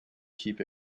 keep